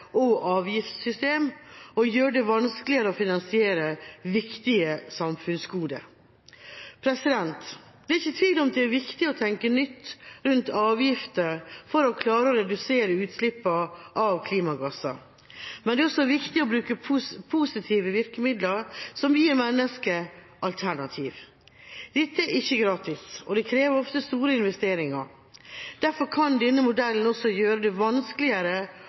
og avgiftssystem og gjøre det vanskeligere å finansiere viktige samfunnsgoder. Det er ikke tvil om at det er viktig å tenke nytt rundt avgifter for å klare å redusere utslippene av klimagasser. Men det er også viktig å bruke positive virkemidler som gir mennesker alternativer. Dette er ikke gratis, og det krever ofte store investeringer. Derfor kan denne modellen også gjøre det vanskeligere